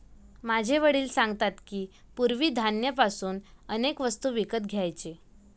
माझे वडील सांगतात की, पूर्वी धान्य पासून अनेक वस्तू विकत घ्यायचे